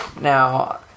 Now